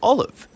Olive